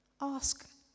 ask